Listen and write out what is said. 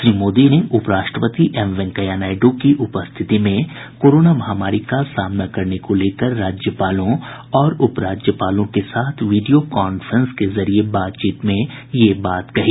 श्री मोदी ने उपराष्ट्रपति एम वेंकैया नायडू की उपस्थिति में कोरोना महामारी का सामना करने को लेकर राज्यपालों और उप राज्यपालों के साथ वीडियो कॉन्फ्रेन्सिंग के जरिए बातचीत में यह बात कही